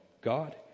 God